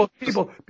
People